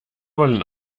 wollen